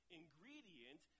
ingredient